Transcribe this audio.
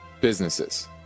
businesses